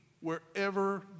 wherever